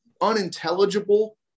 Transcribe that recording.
unintelligible